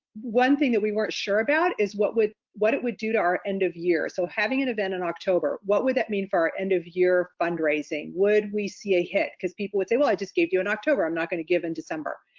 one thing that we weren't sure about is what it would do to our end of year. so having an event in october, what would that mean for our end of year fundraising? would we see a hit because people would say, well, i just gave you in october i'm not gonna give in december.